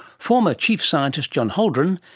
former chief scientist john holden,